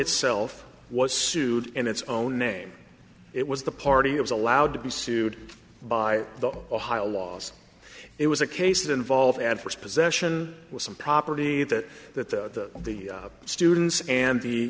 itself was sued in its own name it was the party of allowed to be sued by the high loss it was a case that involved adverse possession with some property that that the the students and the